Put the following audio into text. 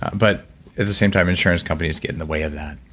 but at the same time, insurance companies get in the way of that.